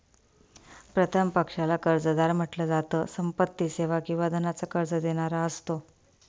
प्रथम पक्षाला कर्जदार म्हंटल जात, संपत्ती, सेवा किंवा धनाच कर्ज देणारा असतो